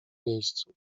miejscu